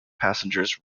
passengers